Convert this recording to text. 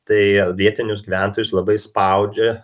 tai vietinius gyventojus labai spaudžia